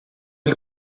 ele